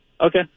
Okay